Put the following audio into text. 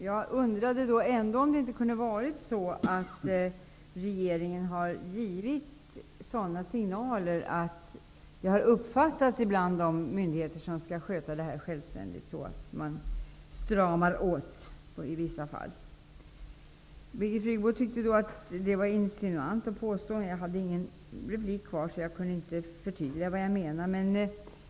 Jag undrade då om regeringen ändå inte har givit sådana signaler att det ibland av de myndigheter som skall sköta detta självständigt har uppfattats som att man stramar åt i vissa fall. Birgit Friggebo tyckte att det var insinuant att påstå det. Jag hade ingen replik kvar, så jag kunde inte förtydliga vad jag menade.